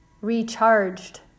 recharged